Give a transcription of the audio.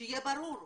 שיהיה ברור.